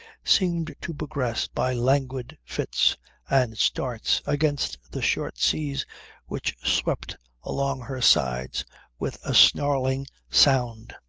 seemed to progress by languid fits and starts against the short seas which swept along her sides with a snarling sound.